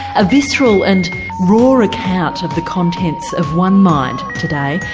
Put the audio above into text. a visceral and raw account of the contents of one mind today.